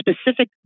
specific